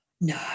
No